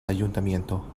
ayuntamiento